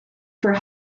for